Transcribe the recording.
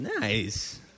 Nice